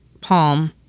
palm